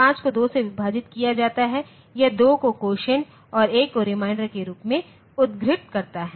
5 को 2 से विभाजित किया जाता है यह 2 को कोसिएंट और 1 को रिमाइंडर के रूप में उद्धृत करता है